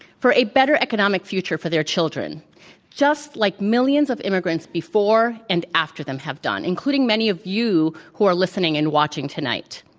for a better economic future for their children just like millions of immigrants before and after them have done, including many of you who are listening and watching tonight.